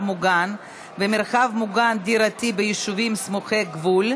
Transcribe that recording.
מוגן ומרחב מוגן דירתי ביישובים סמוכי גבול),